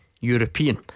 European